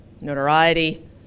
notoriety